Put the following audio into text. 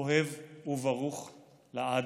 אוהב וברוך לעד.